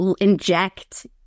inject